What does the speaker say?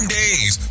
days